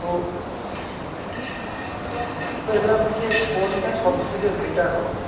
তো তো এগুলোর মধ্যে কোনটা সব থেকে বেটার হবে